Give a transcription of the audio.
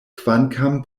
kvankam